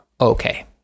Okay